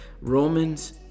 Romans